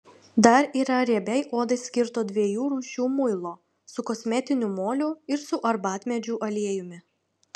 dar yra riebiai odai skirto dviejų rūšių muilo su kosmetiniu moliu ir su arbatmedžių aliejumi